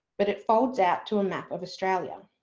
but it folds out to a map of australia.